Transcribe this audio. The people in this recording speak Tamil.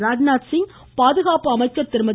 ராஜ்நாத்சிங் பாதுகாப்பு அமைச்சர் திருமதி